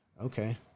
Okay